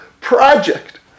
project